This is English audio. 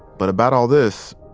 but about all this,